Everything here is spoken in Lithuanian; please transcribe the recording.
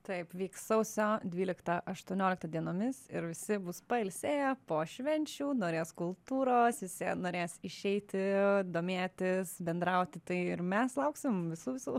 taip vyks sausio dvyliktą aštuonioliktą dienomis ir visi bus pailsėję po švenčių norės kultūros visi norės išeiti domėtis bendrauti tai ir mes lauksim visų visų